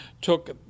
took